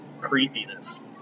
creepiness